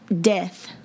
death